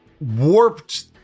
warped